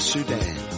Sudan